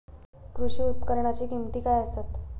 कृषी उपकरणाची किमती काय आसत?